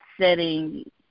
setting